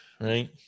right